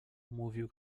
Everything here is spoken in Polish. mówił